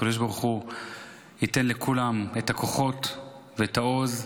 הקדוש ברוך הוא ייתן לכולם את הכוחות ואת העוז,